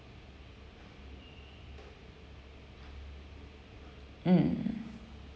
mm